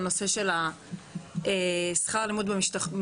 על הנושא של שכר הלימוד במשפחתונים,